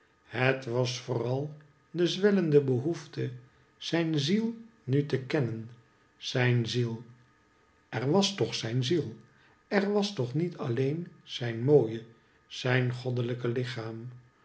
het was vooral de zwellende behoefte zijn ziel nu te kennen zijn ziel er was toch zijn ziel er was toch niet alleen zijn mooie zijn goddelijke lichaam